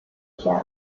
shells